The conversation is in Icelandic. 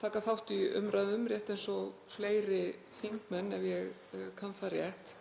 taka þátt í umræðum rétt eins og fleiri þingmenn, ef ég kann það rétt.